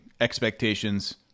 expectations